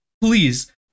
please